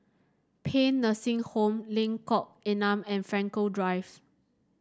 Paean Nursing Home Lengkok Enam and Frankel Drive